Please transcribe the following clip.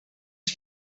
his